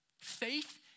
Faith